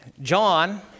John